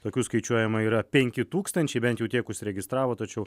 tokių skaičiuojama yra penki tūkstančiai bent jau tiek užsiregistravo tačiau